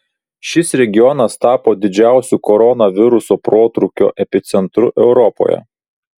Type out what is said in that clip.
šis regionas tapo didžiausiu koronaviruso protrūkio epicentru europoje